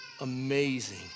amazing